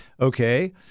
okay